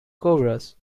chorus